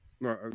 No